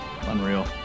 Unreal